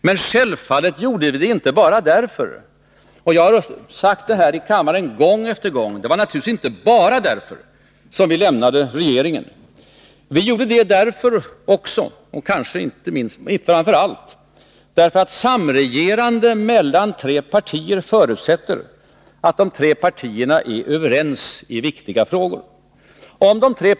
Men självfallet lämnade vi regeringen inte bara därför. Det har jag sagt i kammaren gång på gång. Framför allt gjorde vi det därför att samregerande mellan tre partier förutsätter att de tre partierna är överens i viktiga frågor.